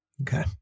Okay